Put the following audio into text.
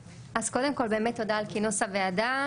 קודם כל באמת תודה על כינוס הוועדה.